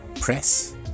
Press